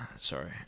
Sorry